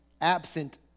absent